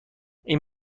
این